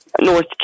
north